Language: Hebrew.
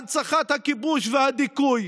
הנצחת הכיבוש והדיכוי